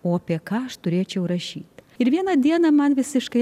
o apie ką aš turėčiau rašyti ir vieną dieną man visiškai